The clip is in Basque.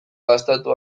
gastatu